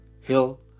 hill